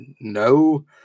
No